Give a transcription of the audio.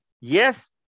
yes